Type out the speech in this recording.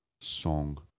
song